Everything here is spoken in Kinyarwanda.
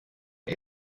izi